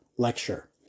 lecture